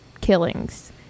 killings